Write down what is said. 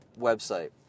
website